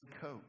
coat